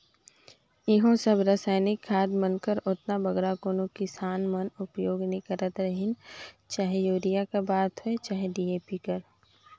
इहों सब रसइनिक खाद मन कर ओतना बगरा कोनो किसान मन उपियोग नी करत रहिन चहे यूरिया कर बात होए चहे डी.ए.पी कर